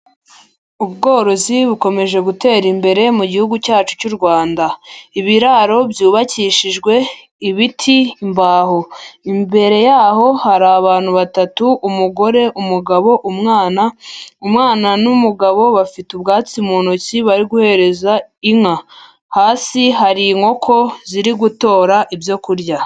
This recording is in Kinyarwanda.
Ubworozi bukomeje gutera imbere mu gihugu cyacu cy'u Rwanda, ibiraro byubakishijwe ibiti, imbaho, imbere yaho hari abantu batatu umugore, umugabo, umwana, umwana n'umugabo bafite ubwatsi mu ntoki bari guhereza inka. hasi hari inkoko ziri gutora ibyo kurya.